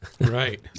Right